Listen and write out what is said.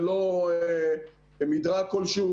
ללא מדרג כלשהו,